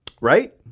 Right